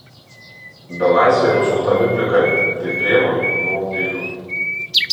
belaisviai nuskutami plikai tai priemonė nuo utėlių